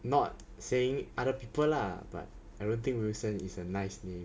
not saying other people lah but I don't think wilson is a nice name